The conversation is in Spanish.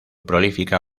prolífica